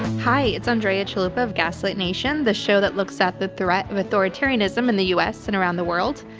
hi, it's andrea chalupa of gaslit nation, the show that looks at the threat of authoritarianism in the us and around the world.